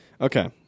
Okay